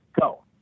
go